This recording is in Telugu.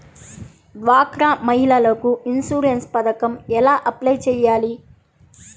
డ్వాక్రా మహిళలకు ఇన్సూరెన్స్ పథకం ఎలా అప్లై చెయ్యాలి?